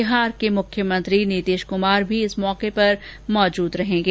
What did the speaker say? बिहार के मुख्यमंत्री नीतीश कुमार भी इस अवसर पर मौजूद रहेंगे